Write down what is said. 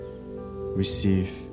Receive